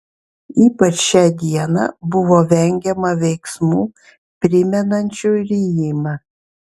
ypač šią dieną buvo vengiama veiksmų primenančių rijimą